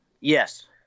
Yes